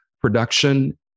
production